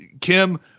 Kim